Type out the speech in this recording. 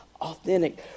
authentic